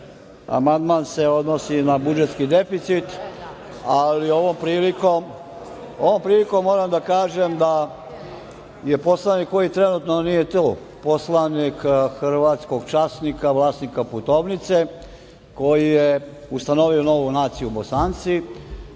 amandman se odnosi na budžetski deficit, ali ovom prilikom moram da kažem je poslanik koji trenutno nije tu, poslanik hrvatskog časnika, vlasnika putovnice, koji je ustanovio novu naciju Bosanci,